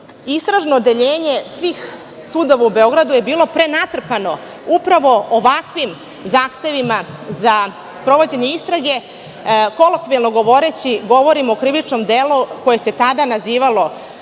istražno odeljenje svih sudova u Beogradu je bilo prenatrpano upravo ovakvim zahtevima za sprovođenje istrage, kolokvijalno govoreći, govorim o krivičnom delu koje se tada nazivalo